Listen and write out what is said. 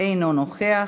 אינו נוכח,